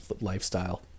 lifestyle